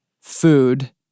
food